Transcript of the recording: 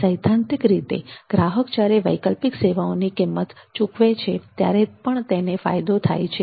સિદ્ધાંતિક રીતે ગ્રાહક જ્યારે વૈકલ્પિક સેવાઓની કિંમત ચૂકવે છે ત્યારે પણ તેને ફાયદો થાય છે